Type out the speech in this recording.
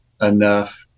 enough